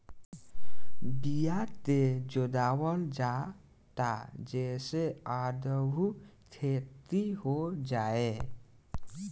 बिया के जोगावल जाता जे से आगहु खेती हो जाए